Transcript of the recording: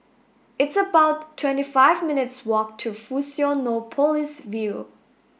it's about twenty five minutes' walk to Fusionopolis View